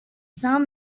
saint